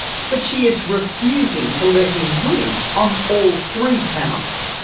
but she is refusing to let him win on all three counts.